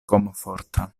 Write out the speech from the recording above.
komforta